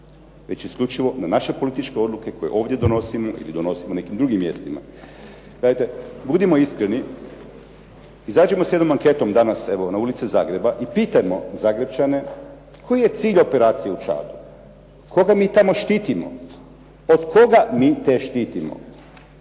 već isključivo na naše političke odluke koje ovdje donosimo, ili donosimo na nekim drugim mjestima. Dajte, budimo iskreni, izađimo s jednom anketom danas, evo na ulice Zagreba i pitajmo Zagrepčane koji je cilj operacije u Čadu? Koga mi tamo štitimo? Od koga mi te štitimo?